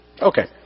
Okay